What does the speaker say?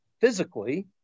physically